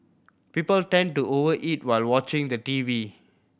people tend to over eat while watching the T V television